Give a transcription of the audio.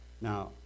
Now